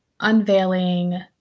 Unveiling